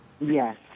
Yes